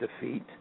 defeat